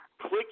click